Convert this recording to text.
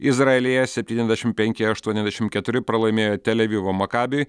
izraelyje septyniasdešim penki aštuoniasdešim keturi pralaimėjo tel avivo makabiui